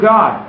God